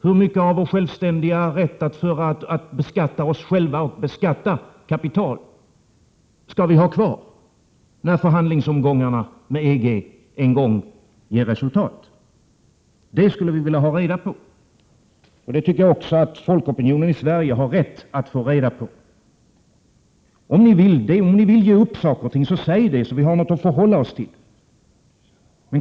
Hur mycket av vår självständiga rätt att beskatta oss själva och beskatta kapital skall vi ha kvar, när förhandlingsomgångarna med EG en gång ger resultat? Det skulle vi vilja ha reda på, och det tycker jag också att folkopinionen i Sverige har rätt att få reda på. Om ni vill ge upp saker och ting, så säg det, så att vi har någonting att förhålla oss till.